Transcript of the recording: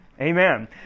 Amen